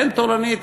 אין תורנית,